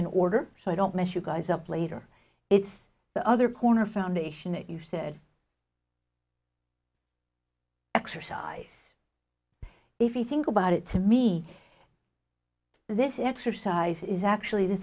in order so i don't miss you guys up later it's the other corner foundation that you said exercise if you think about it to me this exercise is actually the